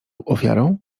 ofiarą